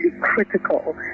critical